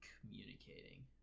communicating